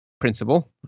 principle